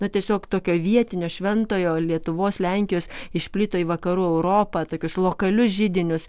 nu tiesiog tokio vietinio šventojo lietuvos lenkijos išplito į vakarų europą į tokius lokalius židinius